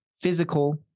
physical